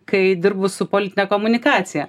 kai dirbu su politine komunikacija